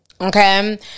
Okay